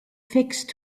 fixed